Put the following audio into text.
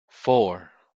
four